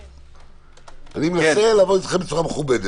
אני מנסה לבוא אתכם בצורה מכובדת.